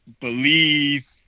believe